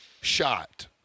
shot